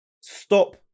stop